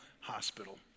hospital